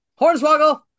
Hornswoggle